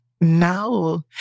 No